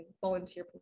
volunteer